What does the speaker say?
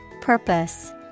Purpose